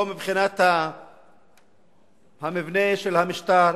לא מבחינת המבנה של המשטר